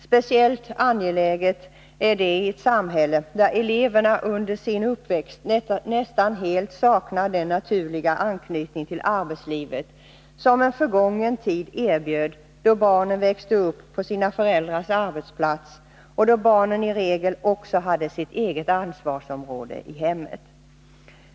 Speciellt angeläget är detta i ett samhälle där eleverna under sin uppväxt nästan helt saknar den naturliga anknytning till arbetslivet som en förgången tid erbjöd, då barnen växte upp på sina föräldrars arbetsplats och då barnen i regel också hade sitt eget ansvarsområde i hemmet.